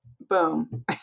Boom